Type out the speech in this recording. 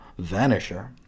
Vanisher